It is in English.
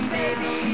baby